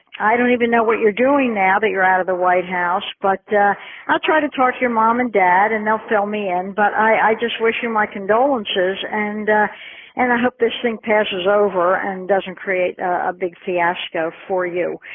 i don't even know what you're doing now that you're out of the white house, but i'll try to talk to your mom and dad and they'll fill me in, but i just wish you my condolences and and i hope this thing passes over and doesn't create a big fiasco for you.